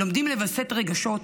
לומדים לווסת רגשות,